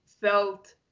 felt